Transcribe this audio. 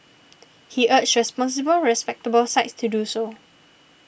he urged responsible respectable sites to do so